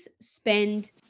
spend